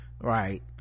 right